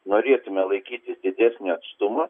norėtume laikytis didesnio atstumo